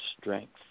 strength